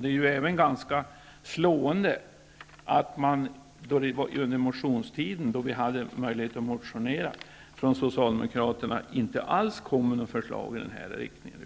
Det är ju även ganska slående att under motionstiden, när vi alltså hade möjlighet att motionera, kom socialdemokraterna inte alls med något förslag i den här riktningen;